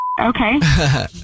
Okay